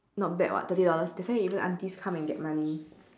not bad [what] thirty dollars that's why you know the aunties come and get money